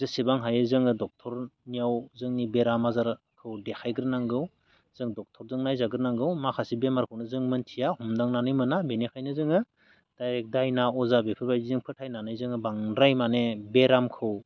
जेसेबां हायो जोङो ड'क्टरनियाव जोंनि बेराम आजारखौ देखायग्रोनांगौ जों ड'क्टरजों नायजाग्रोनांगौ माखासे बेरामखोनो जों मोन्थिया हमदांनानै मोना बेनिखायनो जोङो डाइरेक्ट दायना अजा बेफोरबायदि जों फोथायनानै जोङो बांद्राय माने बेरामखौ